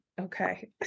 Okay